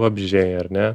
vabzdžiai ar ne